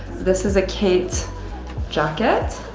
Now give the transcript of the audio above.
this is a kate jacket,